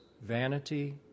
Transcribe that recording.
vanity